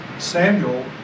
Samuel